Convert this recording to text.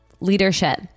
Leadership